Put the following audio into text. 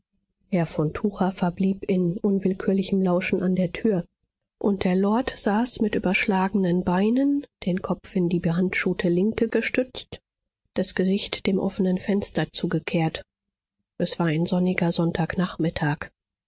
herr von tucher verblieb in unwillkürlichem lauschen an der tür und der lord saß mit übergeschlagenen beinen den kopf in die behandschuhte linke gestützt das gesicht dem offenen fenster zugekehrt es war ein sonniger sonntagnachmittag